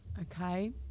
Okay